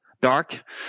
Dark